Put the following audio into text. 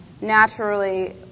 naturally